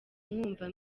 mwumva